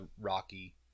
Rocky